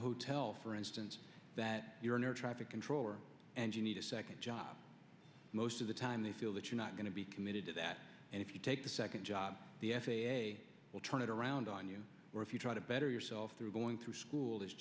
hotel for instance that you're in your traffic controller and you need a second job most of the time they feel that you're not going to be committed to that and if you take the second job the f a a will turn it around on you or if you try to better yourself through going through school this